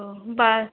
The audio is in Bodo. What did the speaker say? औ होमबा